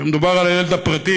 כשמדובר על הילד הפרטי,